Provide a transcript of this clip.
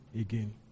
again